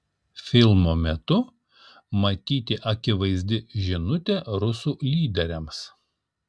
filmo metu matyti akivaizdi žinutė rusų lyderiams